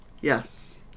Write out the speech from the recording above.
Yes